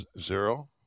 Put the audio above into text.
zero